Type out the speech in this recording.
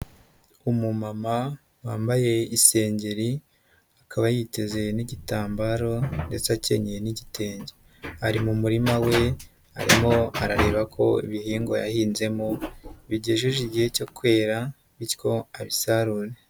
Umumama wambaye isengeri akaba yitezeye n'igitambaro ndetse akenyeye n'igitenge, ari mu murima we arimo arareba ko ibihingwa yahinzemo bigejeje igihe cyo kwera bityo abisarure.